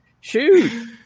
shoot